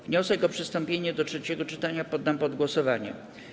Wniosek o przystąpienie do trzeciego czytania poddam pod głosowanie.